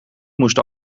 moest